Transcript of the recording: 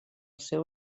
seu